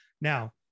Now